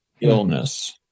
illness